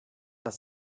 das